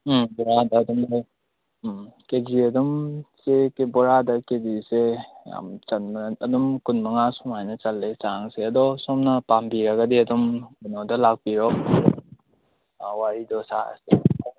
ꯎꯝ ꯕꯣꯔꯗ ꯑꯗꯨꯝ ꯂꯧ ꯎꯝ ꯀꯦ ꯖꯤ ꯑꯗꯨꯝ ꯆꯦꯒꯤ ꯕꯣꯔꯥꯗ ꯀꯦ ꯖꯤꯁꯦ ꯌꯥꯝ ꯆꯟꯕꯅꯦ ꯑꯗꯨꯝ ꯀꯨꯟꯃꯉꯥ ꯁꯨꯃꯥꯏꯅ ꯆꯜꯂꯦ ꯆꯥꯡꯁꯦ ꯑꯗꯣ ꯁꯣꯝꯅ ꯄꯥꯝꯕꯤꯔꯒꯗꯤ ꯑꯗꯨꯝ ꯀꯩꯅꯣꯗ ꯂꯥꯛꯄꯤꯔꯣ ꯋꯥꯔꯤꯗꯣ ꯁꯥꯔꯁꯦ